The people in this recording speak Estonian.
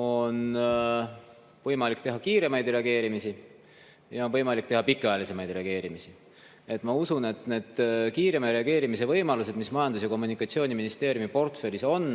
On võimalik teha kiiremaid reageerimisi ja pikaajalisemaid reageerimisi. Ma usun, et need kiirema reageerimise võimalused, mis Majandus- ja Kommunikatsiooniministeeriumi portfellis on,